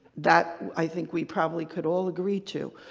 that i think we probably could all agree to,